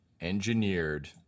engineered